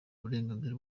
uburenganzira